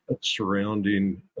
surrounding